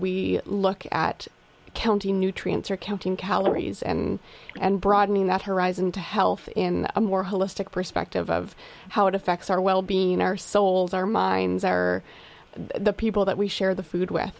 we look at county nutrients or counting calories and and broadening that horizon to health in a more holistic perspective of how it affects our wellbeing our souls our minds are the people that we share the food with